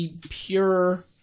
pure